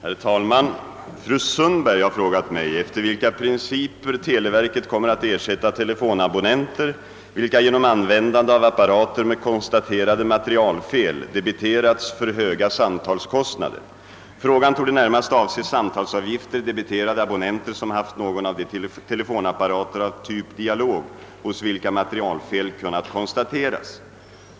Herr talman! Fru Sundberg har frågat mig, efter vilka principer televerket kommer att ersätta telefonabonnenter, vilka genom användande av apparater med konstaterade materielfel debiterats för höga samtalskostnader. Frågan torde närmast avse samtalsavgifter debiterade abonnenter som haft någon av de telefonapparater av typ Dialog hos vilka materielfel kunnat konstateras.